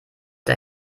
der